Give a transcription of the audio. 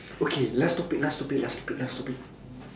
okay last topic last topic last topic last topic